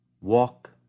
walk